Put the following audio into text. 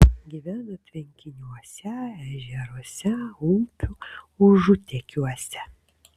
gyvena tvenkiniuose ežeruose upių užutėkiuose